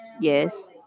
yes